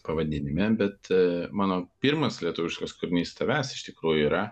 pavadinime bet mano pirmas lietuviškas kūrinys tavęs iš tikrųjų yra